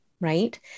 right